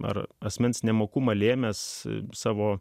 ar asmens nemokumą lėmęs savo